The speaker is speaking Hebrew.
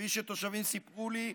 כפי שתושבים סיפרו לי,